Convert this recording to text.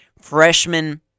freshman